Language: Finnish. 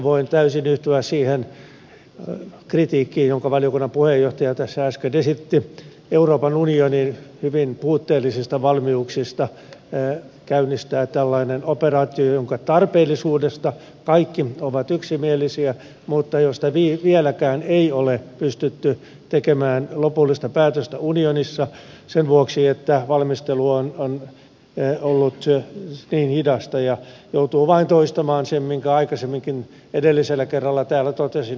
voin täysin yhtyä siihen kritiikkiin jonka valiokunnan puheenjohtaja tässä äsken esitti euroopan unionin hyvin puutteellisista valmiuksista käynnistää tällainen operaatio jonka tarpeellisuudesta kaikki ovat yksimielisiä mutta josta vieläkään ei ole pystytty tekemään lopullista päätöstä unionissa sen vuoksi että valmistelu on ollut niin hidasta ja joutuu vain toistamaan sen minkä aikaisemminkin edellisellä kerralla täällä totesin